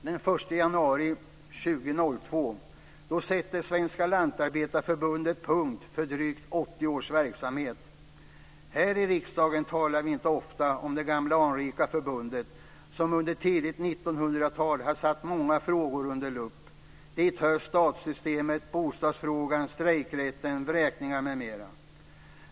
Den 1 januari 2002 sätter Svenska Lantarbetareförbundet punkt för drygt 80 års verksamhet. Här i riksdagen talar vi inte ofta om det gamla anrika förbundet som under tidigt 1900-tal har satt många frågor under luppen. Dit hör statsystemet, bostadsfrågan, strejkrätten, vräkningar m.m.